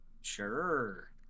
Sure